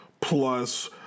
Plus